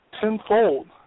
tenfold